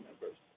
members